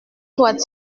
doit